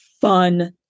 fun